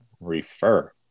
refer